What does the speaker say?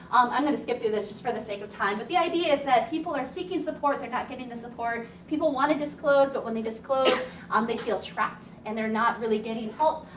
um i'm gonna skip through this just for the sake of time. but the idea is that people are seeking support, they're not getting the support. people want to disclose, but when they disclose um they feel trapped and they're not really getting help.